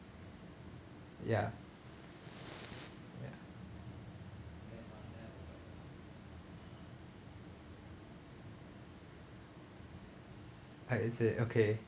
ya ya paiseh okay